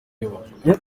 yubakwa